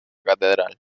catedral